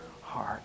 heart